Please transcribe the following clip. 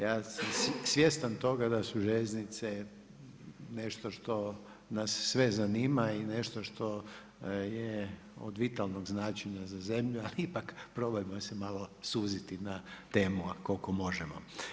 Ja sam svjestan toga da su željeznice nešto što nas sve zanima i nešto što je od vitalnog značenja za zemlju ali ipak probajmo se malo suziti na temu koliko možemo.